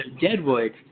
Deadwood